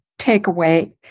takeaway